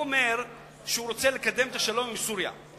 הוא אומר שהוא רוצה לקדם את השלום עם סוריה,